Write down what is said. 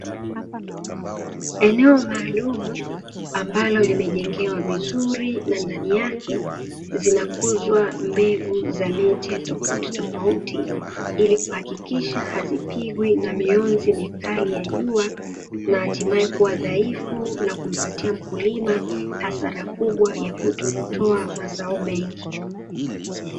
Eneo maalum ambalo limejengewa vizuri na ndani yake zinakuzwa mbegu za miti tofauti tofauti ili kuhakikisha hazipigwi na mionzi mikali ya jua, na hatimaye kuwa dhaifu na kumpatia mkulima hasara kubwa ya kutokutoa mazao mengi."